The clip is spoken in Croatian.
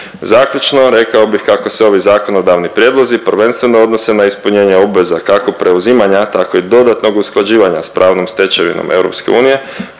Zaključno, rekao bih kako se ovi zakonodavni prijedlozi prvenstveno odnose na ispunjenje obveza kako preuzimanja tako i dodatnog usklađivanja sa pravnom stečevinom EU